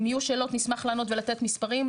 אם יהיו שאלות נשמח לענות ולתת מספרים.